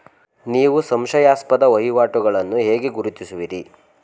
ನೀವು ಸಂಶಯಾಸ್ಪದ ವಹಿವಾಟುಗಳನ್ನು ಹೇಗೆ ಗುರುತಿಸುವಿರಿ?